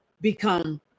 become